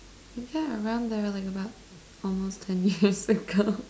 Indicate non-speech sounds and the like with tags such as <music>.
you had around there are like about almost ten <laughs> years ago